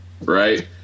right